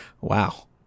Wow